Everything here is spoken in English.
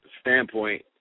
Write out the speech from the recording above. standpoint